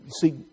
see